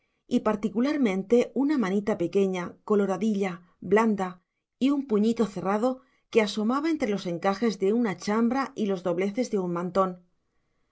y particularmente una manita pequeña coloradilla blanda un puñito cerrado que asomaba entre los encajes de una chambra y los dobleces de un mantón